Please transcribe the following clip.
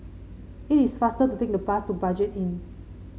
it is faster to take the bus to Budget Inn